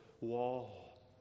wall